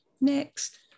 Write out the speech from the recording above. Next